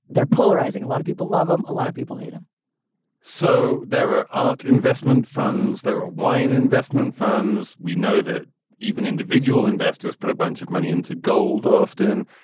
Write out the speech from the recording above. they're polarizing a lot of people love them. a lot of people hate them so there are art investment funds, there are wine investment firms. we know that even individual investors put a bunch of money into gold often.